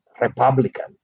Republican